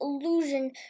illusion